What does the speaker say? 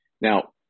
Now